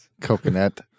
Coconut